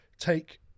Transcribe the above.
take